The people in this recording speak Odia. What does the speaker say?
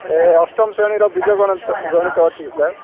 ଏ ଅଷ୍ଟମ ଶ୍ରେଣୀର ବୀଜଗଣିତ ଗଣିତ ଅଛି କି ସାର୍